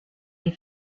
des